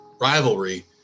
rivalry